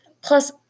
Plus